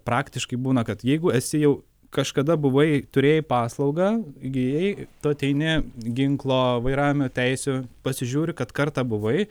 praktiškai būna kad jeigu esi jau kažkada buvai turėjai paslaugą įgijai tu ateini ginklo vairavimo teisių pasižiūri kad kartą buvai